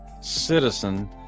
citizen